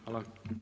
Hvala.